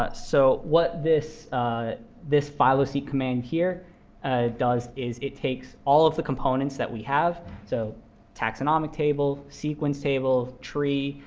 but so what this this phyloseq command here does is it takes all of the components that we have so taxonomic table, sequence table, tree,